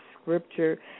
scripture